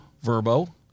Verbo